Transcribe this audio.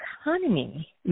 economy